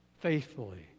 faithfully